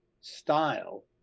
style